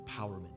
empowerment